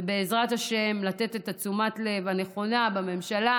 ובעזרת השם לתת את תשומת הלב הנכונה בממשלה